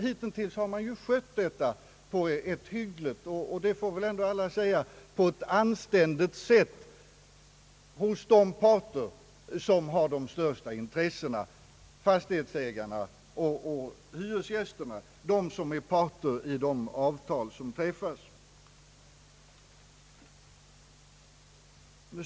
Hitintills har man ju skött detta på ett hyggligt och anständigt sätt — det får väl ändå alla medge — från de parter som har de största intressena och träffar avtalen, alltså fastighetsägarna och hyresgästerna.